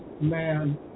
man